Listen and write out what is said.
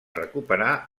recuperar